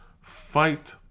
fight